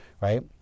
Right